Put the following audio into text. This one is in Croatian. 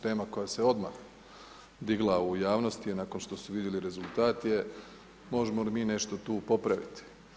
Tema koja je se odmah digla u javnosti je nakon što su vidjeli rezultat je možemo li mi nešto tu popraviti.